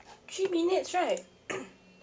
three minutes right